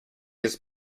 has